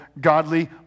godly